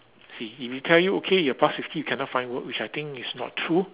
see if he tell you okay you're pass fifty you cannot find work which I think is not true